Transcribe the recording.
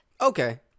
Okay